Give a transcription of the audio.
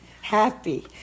Happy